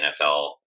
NFL